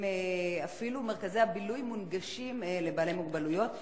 מרכזי הבילוי מונגשים לבעלי מוגבלויות.